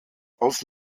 aus